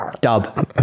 Dub